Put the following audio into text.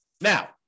Now